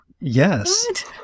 Yes